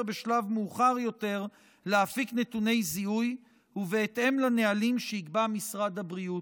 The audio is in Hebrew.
בשלב מאוחר יותר להפיק נתוני זיהוי ובהתאם לנהלים שיקבע משרד הבריאות.